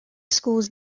schools